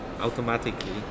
Automatically